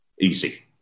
easy